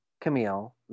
Camille